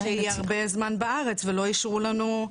שהיא הרבה זמן בארץ ולא אישרו לנו,